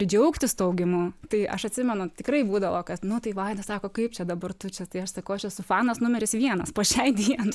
džiaugtis tuo augimu tai aš atsimenu tikrai būdavo kad nu tai vaidas sako kaip čia dabar tu čia tai aš sakau aš esu fanas numeris vienas po šiai dienai